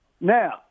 Now